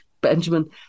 Benjamin